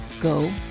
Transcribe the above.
Go